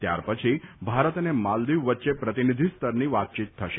ત્યાર પછી ભારત અને માલદિવ વચ્ચે પ્રતિનિધિ સ્તરની વાતચીત થશે